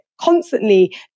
constantly